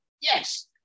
yes